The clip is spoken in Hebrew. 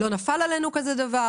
לא נפל עלינו כזה דבר,